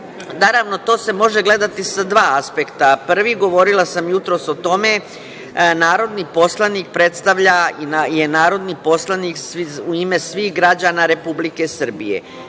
Naravno, to se može gledati sa dva aspekta. Prvi, govorila sam jutros o tome, narodni poslanik predstavlja, je narodni poslanik u ime svih građana Republike Srbije.